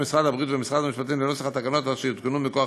משרד הבריאות ומשרד המשפטים לנוסח התקנות אשר יותקנו מכוח